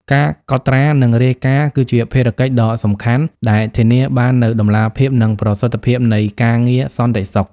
ការកត់ត្រា និងរាយការណ៍ គឺជាភារកិច្ចដ៏សំខាន់ដែលធានាបាននូវតម្លាភាព និងប្រសិទ្ធភាពនៃការងារសន្តិសុខ។